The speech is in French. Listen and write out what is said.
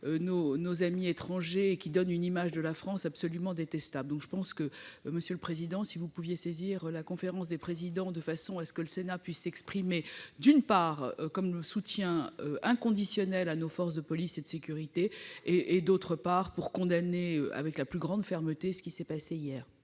nos amis étrangers, et qui donne une image de la France absolument détestable. Je vous demande, monsieur le président, de saisir la conférence des présidents de façon que le Sénat puisse, d'une part, exprimer son soutien inconditionnel à nos forces de police et de sécurité et, d'autre part, condamner avec la plus grande fermeté ce qui s'est passé hier.